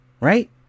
Right